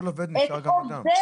כל עובד נשאר גם אדם.